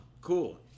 Cool